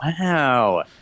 Wow